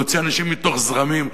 להוציא אנשים מתוך זרמים.